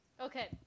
Okay